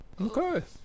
Okay